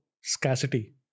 scarcity